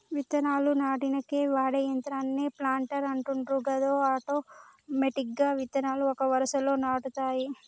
విత్తనాలు నాటనీకి వాడే యంత్రాన్నే ప్లాంటర్ అంటుండ్రు గది ఆటోమెటిక్గా విత్తనాలు ఒక వరుసలో నాటుతాయి